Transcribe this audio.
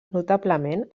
notablement